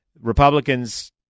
Republicans—